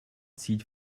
zieht